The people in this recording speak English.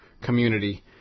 community